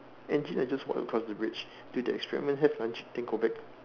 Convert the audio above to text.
engine I just walk across the bridge do the experiment have lunch then go back